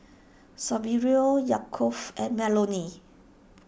Saverio Yaakov and Melony